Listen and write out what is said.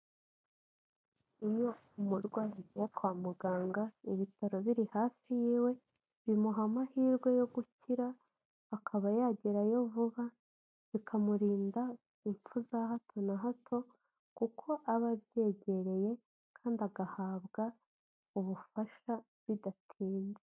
Iyo umurwayi agiye kwa muganga ibitaro biri hafi yiwe bimuha amahirwe yo gukira akaba yagerayo vuba bikamurinda impfu za hato na hato, kuko aba abyegereye kandi agahabwa ubufasha bidatinze.